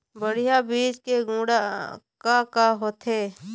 बढ़िया बीज के गुण का का होथे?